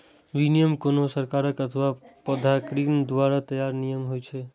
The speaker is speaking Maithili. विनियम कोनो सरकार अथवा प्राधिकरण द्वारा तैयार नियम होइ छै